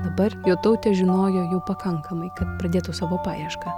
dabar jotautė jau žinojo pakankamai kad pradėtų savo paiešką